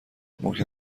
ممکن